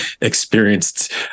experienced